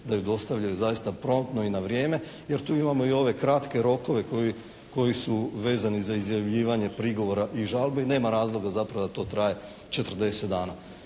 da bi dostavili zaista promptno i na vrijeme, jer tu imamo i ove kratke rokove koji su vezani za izjavljivanje prigovora i žalbi i nema razloga da zapravo to traje 40 dana.